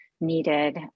needed